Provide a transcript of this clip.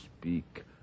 speak